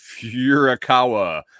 Furukawa